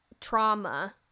trauma